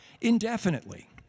indefinitely